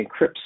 encrypts